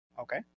Okay